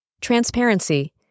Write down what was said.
Transparency